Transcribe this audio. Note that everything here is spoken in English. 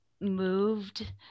moved